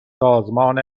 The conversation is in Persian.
سازمان